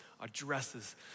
addresses